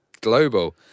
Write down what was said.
global